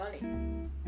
money